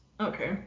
okay